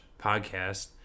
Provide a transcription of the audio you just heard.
podcast